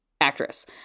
Actress